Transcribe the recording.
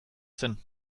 zen